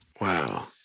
Wow